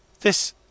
This